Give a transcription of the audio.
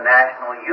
national